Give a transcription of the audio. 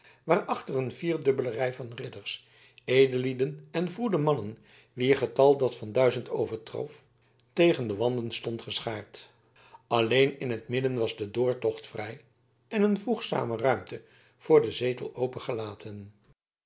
waarachter een vierdubbele rij van ridders edellieden en vroede mannen wier getal dat van duizend overtrof tegen de wanden stond geschaard alleen in het midden was de doortocht vrij en een voegzame ruimte voor den zetel